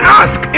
ask